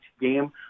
game